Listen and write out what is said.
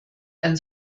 ein